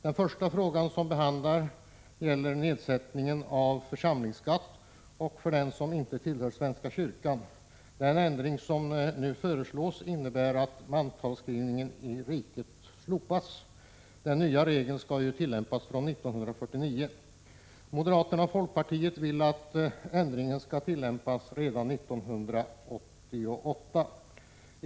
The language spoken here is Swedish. Den första frågan där uppfattningarna skiljer sig gäller nedsättning av församlingsskatten för dem som inte tillhör svenska kyrkan. Den ändring som nu föreslås innebär att mantalsskrivning i riket slopas. De nya reglerna skall tillämpas fr.o.m. 1989. Moderaterna och folkpartiet vill att ändringen skall tillämpas redan fr.o.m. 1988.